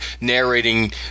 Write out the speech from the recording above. narrating